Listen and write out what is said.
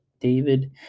David